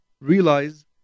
realize